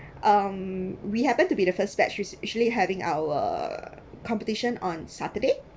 um we happened to be the first batch which which usually having our competition on saturday